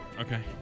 Okay